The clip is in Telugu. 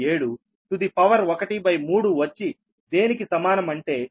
997 టు ద పవర్ 1 బై 3 వచ్చి దేనికి సమానం అంటే 12